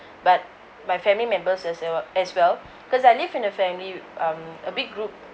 but my family members as we~ as well cause I live in a family um a big group